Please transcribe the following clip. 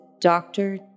doctor